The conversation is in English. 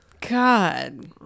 god